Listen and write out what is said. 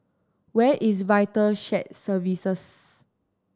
where is Vital Shared Services